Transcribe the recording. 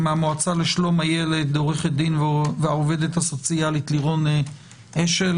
מהמועצה לשלום הילד העורכת דין והעובדת הסוציאלית לירון אשל,